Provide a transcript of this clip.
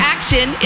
Action